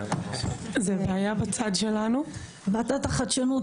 בבינה מלאכותית עוסקים באתגרי הבינה המלאכותית